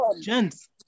gents